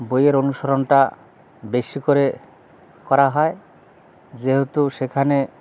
বইয়ের অনুসরণটা বেশি করে করা হয় যেহেতু সেখানে